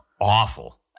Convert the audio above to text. Awful